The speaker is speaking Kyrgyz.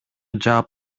жаап